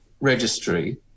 registry